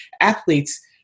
athletes